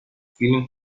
فیلم